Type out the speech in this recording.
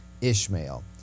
Ishmael